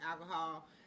alcohol